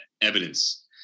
evidence